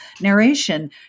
narration